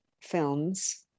films